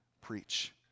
preach